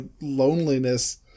loneliness